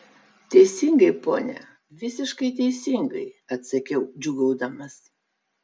teisingai pone visiškai teisingai atsakiau džiūgaudamas